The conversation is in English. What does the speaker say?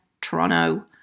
toronto